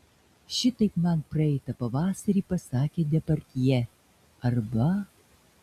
šitaip man praeitą pavasarį pasakė depardjė arba